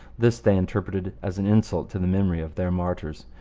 this they interpreted as an insult to the memory of their martyrs,